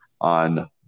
on